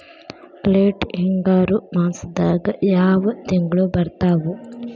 Late ಹಿಂಗಾರು ಮಾಸದಾಗ ಯಾವ್ ತಿಂಗ್ಳು ಬರ್ತಾವು?